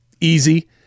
Easy